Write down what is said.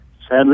Sadly